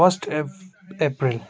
first of April